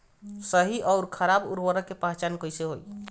सही अउर खराब उर्बरक के पहचान कैसे होई?